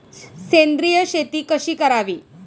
सेंद्रिय शेती कशी करावी?